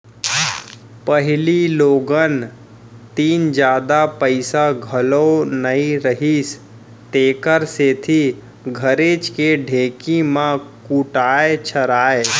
पहिली लोगन तीन जादा पइसा घलौ नइ रहिस तेकर सेती घरेच के ढेंकी म कूटय छरय